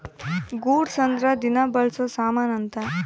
goods ಅಂದ್ರ ದಿನ ಬಳ್ಸೊ ಸಾಮನ್ ಅಂತ